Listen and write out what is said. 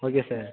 okay sir